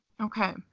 Okay